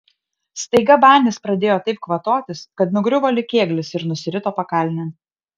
staiga banis pradėjo taip kvatotis kad nugriuvo lyg kėglis ir nusirito pakalnėn